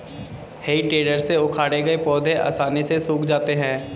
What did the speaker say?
हेइ टेडर से उखाड़े गए पौधे आसानी से सूख जाते हैं